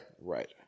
right